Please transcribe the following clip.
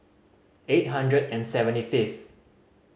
eight hundred and seventy fifth